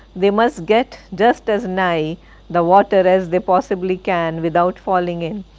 they must get just as nigh the water as they possibly can without falling in.